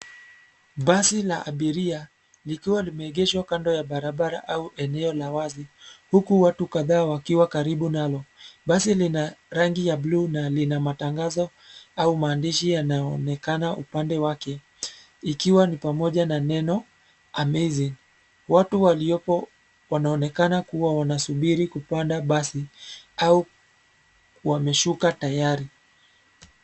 Basi la abiria, likiwa limeegeshwa kando ya barabara au eneo la wazi, huku watu kadhaa wakiwa karibu nalo, basi lina, rangi ya bluu na lina matangazo, au maandishi yanayoonekana upande wake, ikiwa pamoja na neno, amazing , watu waliopo, wanaonekana kuwa wanasubiri kupanda basi, au, wameshuka tayari.